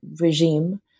regime